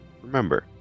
Remember